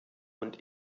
und